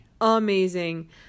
Amazing